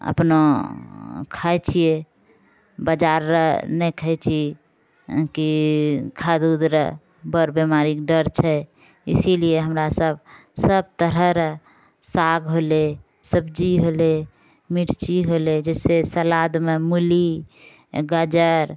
अपनो खाइ छिए बाजार रऽ नहि खाइ छी कि खाद उद रऽ बर बीमारीके डर छै इसीलिए हमरासब सब तरह रऽ साग होलै सब्जी होलै मिर्ची होलै जइसे सलादमे मूली गाजर